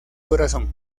corazón